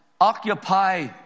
Occupy